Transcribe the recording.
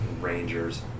Rangers